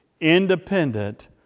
independent